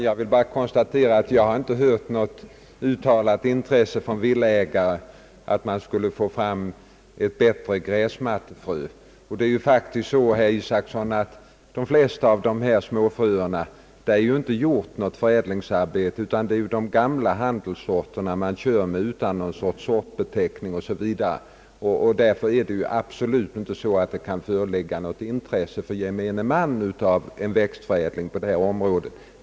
Herr talman! Jag har inte kunnat konstatera något uttalat intresse från villaägare för att man skulle få fram ett bättre gräsmattefrö. I fråga om de flesta småfröer har det ju inte gjorts något förädlingsarbete, herr Isacson, utan man använder de gamla handelssorterna utan sortbeteckning o. s. Vv. Därför kan det absolut inte föreligga något intresse för gemene man av en växtförädling på detta område.